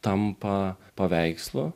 tampa paveikslu